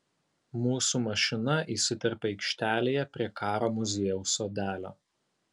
mūsų mašina įsiterpia aikštelėje prie karo muziejaus sodelio